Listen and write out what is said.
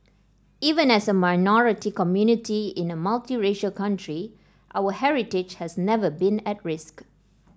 even as a minority community in a multiracial country our heritage has never been at risk